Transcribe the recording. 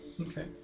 Okay